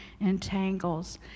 entangles